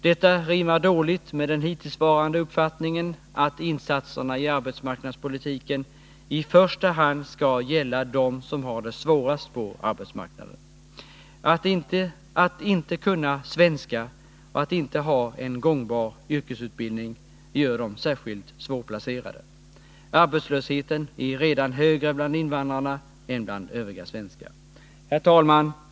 Detta rimmar dåligt med den hittillsvarande uppfattningen att insatserna inom arbetsmarknadspolitiken i första hand skall gälla dem som har det svårast på arbetsmarknaden. Att de inte kan svenska och att de inte har en gångbar yrkesutbildning gör dem särskilt svårplacerade. Arbetslösheten är redan högre bland invandrarna än bland övriga svenskar. Herr talman!